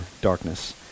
darkness